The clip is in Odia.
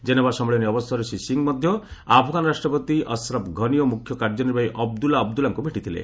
ଜେନେଭା ସମ୍ମିଳନୀ ଅବସରରେ ଶ୍ରୀ ସିଂ ମଧ୍ୟ ଆଫ୍ଗାନ ରାଷ୍ଟ୍ରପତି ଅସ୍ରଫ୍ ଘନୀ ଓ ମୁଖ୍ୟ କାର୍ଯ୍ୟନିର୍ବାହୀ ଅବଦୁଲ୍ଲା ଅବଦୁଲ୍ଲାଙ୍କୁ ଭେଟିଥିଲେ